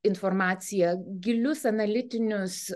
informaciją gilius analitinius